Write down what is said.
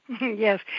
Yes